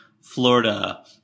Florida